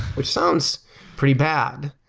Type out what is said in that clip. which sounds pretty bad.